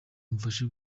amfashe